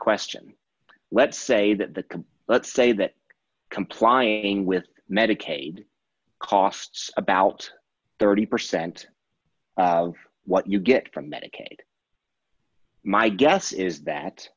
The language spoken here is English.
question let's say the let's say that complying with medicaid costs about thirty percent of what you get from medicaid my guess is that